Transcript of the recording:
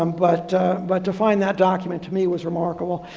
um but but to find that document to me was remarkable.